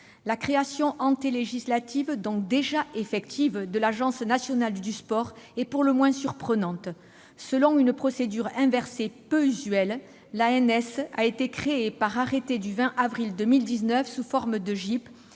La création-législative, donc déjà effective, de l'Agence nationale du sport est pour le moins surprenante. Selon une procédure inversée peu usuelle, l'ANS a été créée par arrêté du 20 avril 2019 sous forme de